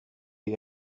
die